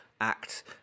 Act